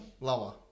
Lower